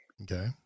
Okay